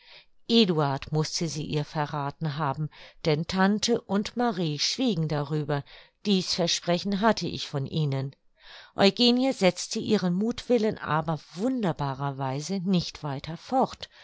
eduard mußte sie ihr verrathen haben denn tante und marie schwiegen darüber dies versprechen hatte ich von ihnen eugenie setzte ihren muthwillen aber wunderbarer weise nicht weiter fort